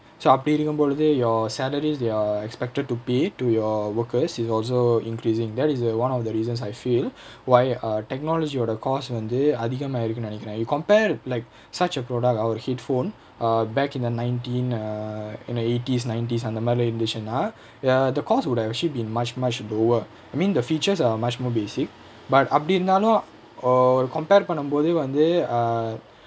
so அப்டி இருக்கும் பொழுது:apdi irukkum poluthu your salaries you're expected to pay to your workers are also increasing that's also one of the reasons I feel why uh technology யோட:yoda cost வந்து அதிகமா இருக்குனு நினைக்குறேன்:vanthu athigamaa irukkunu ninaikkuraen you compare like such a product our headphone err back in a nineteen err you know eighties nineties அந்த மாரிலா இருந்துச்சுனா:antha maarilaa iruthuchunaa ya the cost would actually have been much much lower I mean the features are much more basic but அப்டி இருந்தாலும்:apdi irunthaalum oh compare பண்ணும்போது வந்து:pannumpothu vanthu err